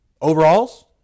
overalls